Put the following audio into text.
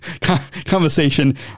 conversation